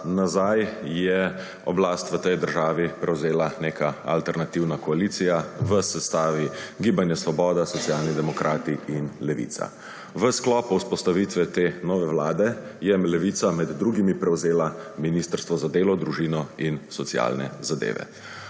nazaj je oblast v tej državi prevzela neka alternativna koalicija v sestavi Gibanje Svoboda, Socialni demokrati in Levica. V sklopu vzpostavitve te nove vlade je Levica med drugimi prevzela Ministrstvo za delo, družino, socialne zadeve